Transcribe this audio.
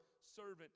servant